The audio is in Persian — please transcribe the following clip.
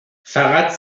فقط